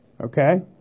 okay